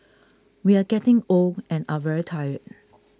we are getting old and are very tired